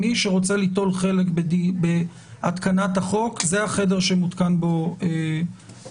מי שרוצה ליטול חלק בהתקנת החוק זה החדר שמותקן בו החוק.